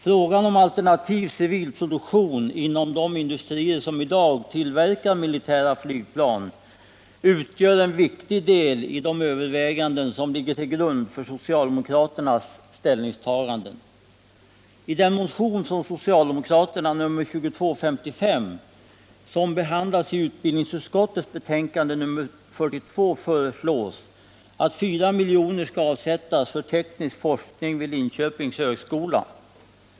Frågan om alternativ civil produktion inom de industrier som i dag tillverkar militära flygplan utgör en viktig del ide överväganden som ligger till grund för socialdemokraternas ställningstagande. I den motion, nr 2255, som socialdemokraterna avlämnat och som behandlas i utbildningsutskottets betänkande nr 42, föreslås att 4 milj.kr. skall avsättas för teknisk forskning vid Linköpings högskola.